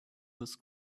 this